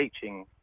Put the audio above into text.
teaching